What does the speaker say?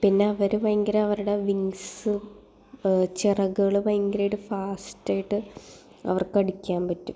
പിന്നെ അവർ ഭയങ്കര അവരുടെ വിങ്സ് ചിറകുകൾ ഭയങ്കരമായിട്ട് ഫാസ്റ്റായിട്ട് അവർക്കടിക്കാൻ പറ്റും